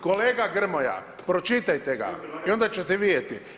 Kolega Grmoja, pročitajte ga, i ond ćete vidjeti.